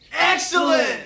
Excellent